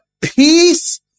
peace